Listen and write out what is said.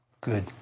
Good